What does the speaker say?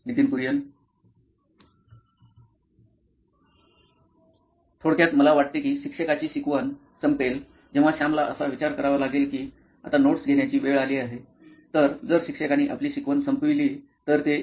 Nitin Kurian COO nine electronics थोडक्यात मला वाटते की शिक्षकाची शिकवण संपेल जेव्हा सॅमला असा विचार करावा लागेल की आता नोट्स घेण्याची वेळ आली आहे तर जर शिक्षकाने आपली शिकवण संपविली तर ते एक पाऊल असेल